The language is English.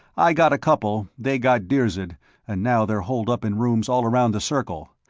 i got a couple, they got dirzed, and now they're holed up in rooms all around the circle.